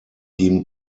team